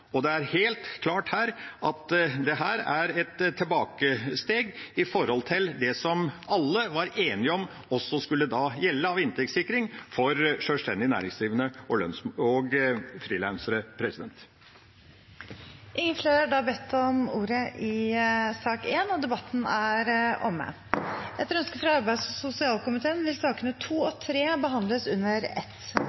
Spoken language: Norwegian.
Og det er helt klart at dette er et tilbakesteg i forhold til det som alle var enige om også skulle gjelde av inntektssikring for sjølstendig næringsdrivende og frilansere. Flere har ikke bedt om ordet til sak nr. 1. Etter ønske fra arbeids- og sosialkomiteen vil sakene nr. 2 og 3 behandles under ett. Etter ønske fra arbeids- og sosialkomiteen vil